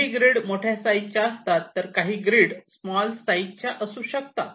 काही ग्रीड मोठ्या साईझच्या असतात तर काही ग्रीड स्मॉल साईझच्या असू शकतात